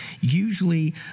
usually